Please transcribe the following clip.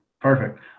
Perfect